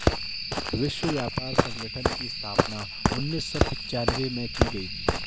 विश्व व्यापार संगठन की स्थापना उन्नीस सौ पिच्यानवे में की गई थी